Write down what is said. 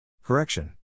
Correction